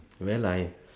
well I